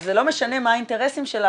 אז זה לא משנה מה האינטרסים שלה,